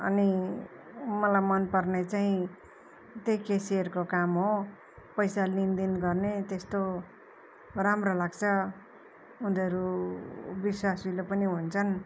अनि मलाई मनपर्ने चाहिँ त्येही केसियरको काम हो पैसा लेनदेन गर्ने त्यस्तो राम्रो लाग्छ उनीहरू विश्वासिलो पनि हुन्छन्